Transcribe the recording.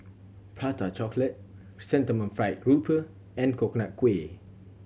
Prata Chocolate Chrysanthemum Fried Grouper and Coconut Kuih